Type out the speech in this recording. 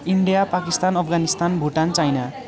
India Pakistan Afghanistan Bhutan China